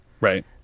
Right